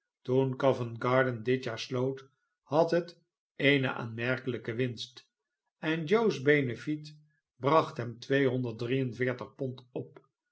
toen covent-garden dit jaar sloot had het eene aanmerkelijke winst en joe'sbenefiet bracht hem tweehonderd drie en veertig pond op